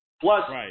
Plus